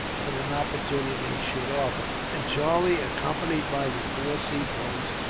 when an opportunity should offer and charlie, accompanied by the four sepoys,